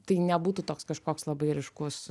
tai nebūtų toks kažkoks labai ryškus